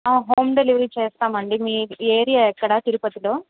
ఆ home delivery చేస్తామండీ మీ ఏరియా ఎక్కడ తిరుపతిలో